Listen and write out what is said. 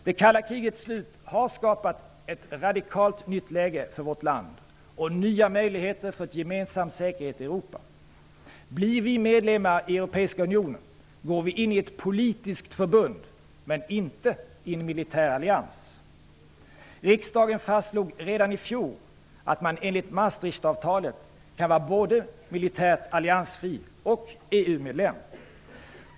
Det kalla krigets slut har skapat ett radikalt nytt läge för vårt land och nya möjligheter för en gemensam säkerhet i Europa. Blir vi medlemmar i Europeiska unionen går vi in i ett politiskt förbund, men inte i en militär allians. Riksdagen fastslog redan i fjol att man enligt Maastrichtavtalet kan vara både militärt alliansfri och EU-medlem.